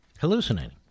Hallucinating